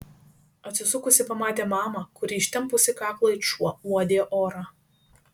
atsisukusi pamatė mamą kuri ištempusi kaklą it šuo uodė orą